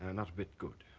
and not a bit good